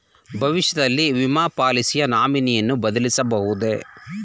ಭವಿಷ್ಯದಲ್ಲಿ ವಿಮೆ ಪಾಲಿಸಿಯ ನಾಮಿನಿಯನ್ನು ಬದಲಾಯಿಸಬಹುದೇ?